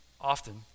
Often